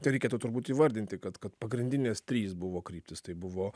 tai reikėtų turbūt įvardinti kad kad pagrindinės trys buvo kryptys tai buvo